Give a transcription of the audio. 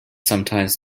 sometimes